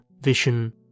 vision